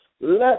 Let